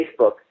Facebook